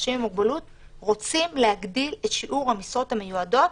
רוצים להגדיל את שיעור המשרות המיועדות,